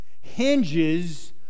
hinges